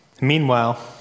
Meanwhile